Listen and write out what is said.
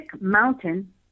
Mountain